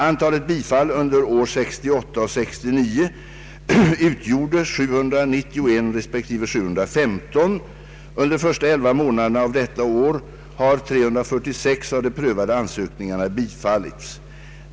Antalet bifall under åren 1968 och 1969 utgjorde 791 respektive 715. Under de första 11 månaderna av detta år har 346 av de prövade ansökningarna bifallits.